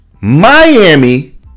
Miami